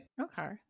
Okay